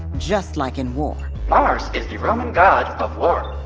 just like in war mars is the roman god of war